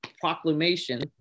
Proclamation